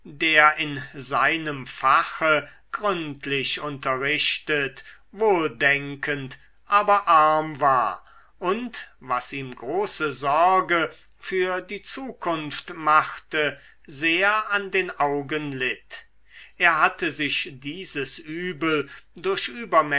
der in seinem fache gründlich unterrichtet wohldenkend aber arm war und was ihm große sorge für die zukunft machte sehr an den augen litt er hatte sich dieses übel